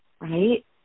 Right